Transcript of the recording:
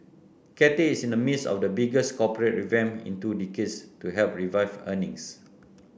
Cathay is in the midst of the biggest corporate revamp in two decades to help revive earnings